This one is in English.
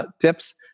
tips